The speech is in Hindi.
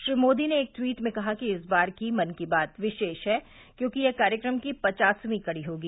श्री मोदी ने एक ट्वीट में कहा कि इस बार की मन की बात विशेष है क्योंकि यह कार्यक्रम की पचासवीं कड़ी होगी